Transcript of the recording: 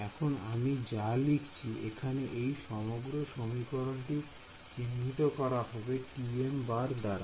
এখন আমি যা লিখেছি এইখানে এই সমগ্র সমীকরণটি চিহ্নিত করা হবে দাঁড়া